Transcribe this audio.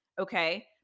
Okay